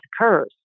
occurs